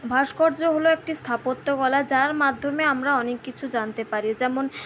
ভাস্কর্য হল একটি স্থাপত্যকলা যার মাধ্যমে আমরা অনেক কিছু জানতে পারি যেমন